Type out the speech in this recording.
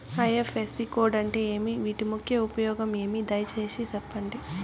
IFSC code అంటే ఏమి? వీటి ముఖ్య ఉపయోగం ఏమి? దయసేసి సెప్పండి?